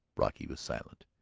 brocky was silent.